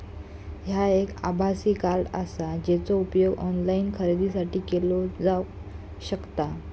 ह्या एक आभासी कार्ड आसा, जेचो उपयोग ऑनलाईन खरेदीसाठी केलो जावक शकता